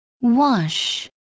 wash